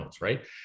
right